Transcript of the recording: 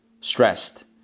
stressed